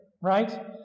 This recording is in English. right